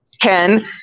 Ken